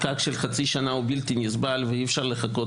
פקק של חצי שנה אינו נסבל ואי אפשר לחכות